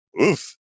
Oof